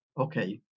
okay